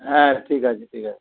হ্যাঁ ঠিক আছে ঠিক আছে